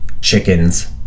chickens